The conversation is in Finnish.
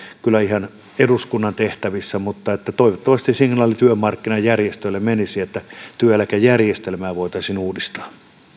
kyllä ihan eduskunnan tehtävissä mutta toivottavasti signaali työmarkkinajärjestöille menisi että työeläkejärjestelmää voitaisiin uudistaa